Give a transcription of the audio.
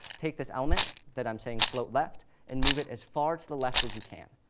take this element that i'm saying float left, and move it as far to the left as you can.